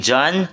John